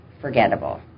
forgettable